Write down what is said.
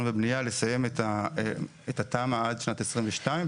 ובנייה לסיים את התמ"א עד שנת 2022,